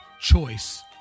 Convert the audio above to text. choice